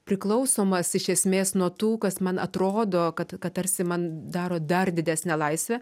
priklausomas iš esmės nuo tų kas man atrodo kad kad tarsi man daro dar didesnę laisvę